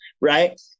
right